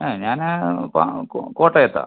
ഞാനാ പ കോട്ടയം കോട്ടയത്താണ്